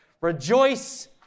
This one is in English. Rejoice